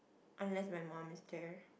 unless my mum is there